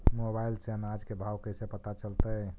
Mobile से अनाज के भाव कैसे पता चलतै?